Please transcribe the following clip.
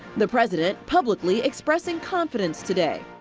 the president publicly expressing confidence today.